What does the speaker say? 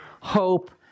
hope